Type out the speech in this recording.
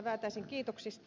väätäisen kiitoksista